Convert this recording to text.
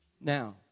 Now